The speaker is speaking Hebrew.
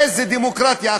איזו דמוקרטיה?